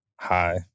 hi